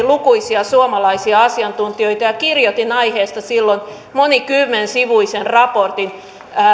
lukuisia suomalaisia asiantuntijoita ja kirjoitin rajauksen vaikutuksista silloin monikymmensivuisen raportin